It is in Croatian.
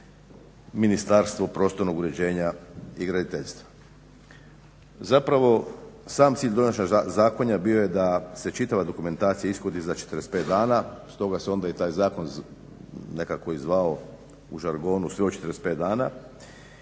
Ministarstvo prostornog uređenja i graditeljstva. Zapravo sam cilj donošenja zakona bio je da se čitava dokumentacija ishodi za 45 dana, stoga se onda i taj zakon nekako i zvao u žargonu sve u 45 dana,